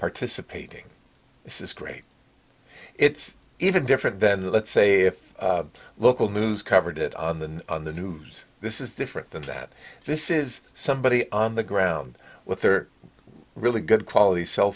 participating this is great it's even different than let's say if a local news covered it on the on the news this is different than that this is somebody on the ground with their really good quality cell